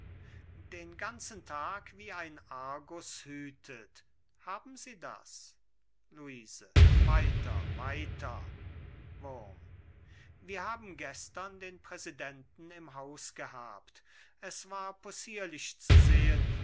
den ganzen tag wie ein argus hütet haben sie das luise weiter weiter wurm wir haben gestern den präsidenten im haus gehabt es war possierlich zu sehen